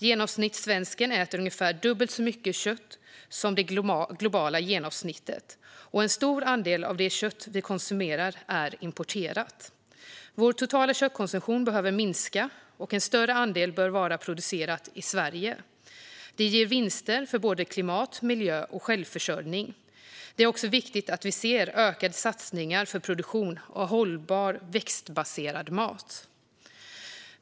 Genomsnittssvensken äter ungefär dubbelt så mycket kött som det globala genomsnittet, och en stor andel av det kött vi konsumerar är importerat. Vår totala köttkonsumtion behöver minska, och en större andel kött bör vara producerat i Sverige. Det ger vinster för både klimat, miljö och självförsörjning. Det är också viktigt att vi ser ökade satsningar för produktion av hållbar växtbaserad mat.